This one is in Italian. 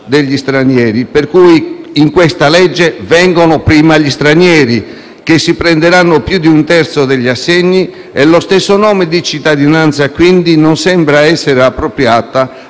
degli stranieri. Dunque in questa legge vengono prima gli stranieri che si prenderanno più di un terzo degli assegni e lo stesso termine «cittadinanza», quindi, non sembra essere appropriato